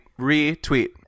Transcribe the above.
Retweet